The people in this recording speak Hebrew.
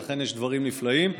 ואכן יש דברים נפלאים,